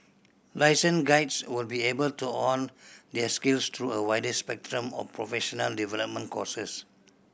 licensed guides will be able to hone their skills through a wider spectrum of professional development courses